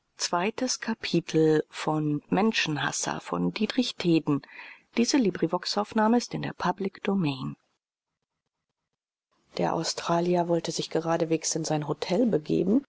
der australier wollte sich geradewegs in sein hotel begeben